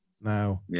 Now